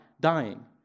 dying